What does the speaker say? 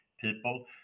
people